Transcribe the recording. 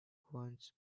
once